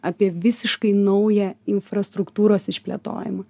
apie visiškai naują infrastruktūros išplėtojimą